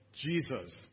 Jesus